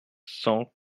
cent